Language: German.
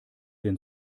den